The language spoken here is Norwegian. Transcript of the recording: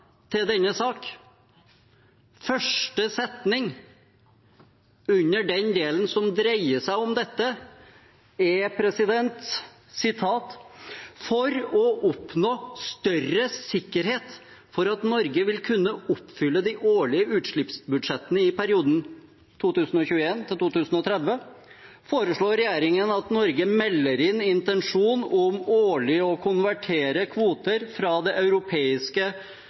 til denne saken. Første setning under den delen som dreier seg om dette, er: «For å oppnå større sikkerhet for at Norge vil kunne oppfylle de årlige utslippsbudsjettene i perioden 2021–2030, foreslår regjeringen at Norge melder inn en intensjon om årlig å konvertere kvoter fra Det europeiske